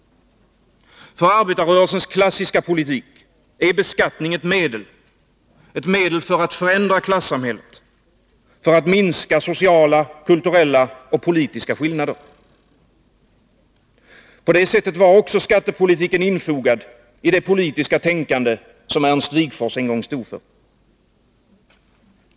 För arbetarrörelsens klassiska politik är beskattningen ett medel, ett medel för att förändra klassamhället, för att minska sociala, kulturella och politiska skillnader. Så var också skattepolitiken infogad i det politiska tänkande som Ernst Wigforss en gång stod för.